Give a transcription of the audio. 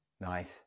Nice